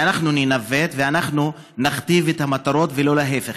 ואנחנו ננווט ואנחנו נכתיב את המטרות, ולא להפך.